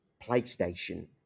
PlayStation